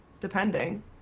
Depending